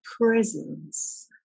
presence